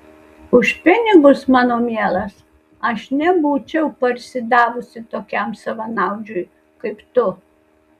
už pinigus mano mielas aš nebūčiau parsidavusi tokiam savanaudžiui kaip tu